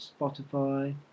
Spotify